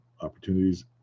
opportunities